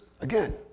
Again